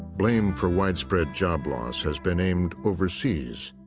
blame for widespread job loss has been aimed overseas,